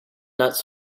nuts